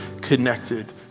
connected